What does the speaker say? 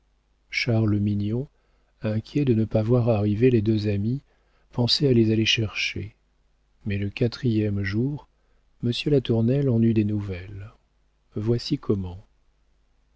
mignon inquiet de ne pas voir arriver les deux amis pensait à les aller chercher mais le quatrième jour monsieur latournelle en eut des nouvelles voici comment